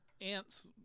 Ants